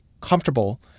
comfortable